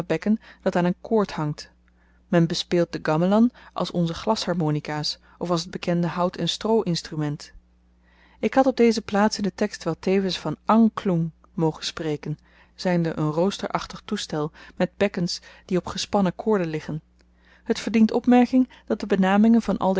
dat aan n koord hangt men bespeelt den gamlang als onze glasharmonika's of als t bekende hout en stroo instrument ik had op deze plaats in den tekst wel tevens van ankloeng